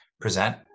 present